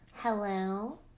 Hello